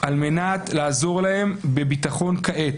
על מנת לעזור להם בביטחון כעת.